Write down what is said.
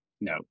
no